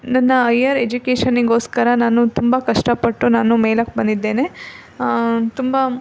ನನ್ನ ಐಯರ್ ಎಜುಕೇಶನಿಗೋಸ್ಕರ ನಾನು ತುಂಬ ಕಷ್ಟಪಟ್ಟು ನಾನು ಮೇಲಕ್ಕೆ ಬಂದಿದ್ದೇನೆ ತುಂಬ